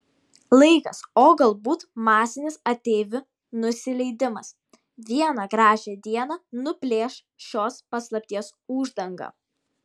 laikas o galbūt masinis ateivių nusileidimas vieną gražią dieną nuplėš šios paslapties uždangą